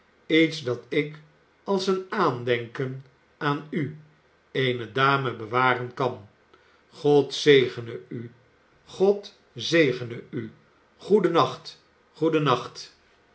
iets dat ik als een aandenken aan u eene dame bewaren kan god zegene u god zegene u goedennacht goedennachti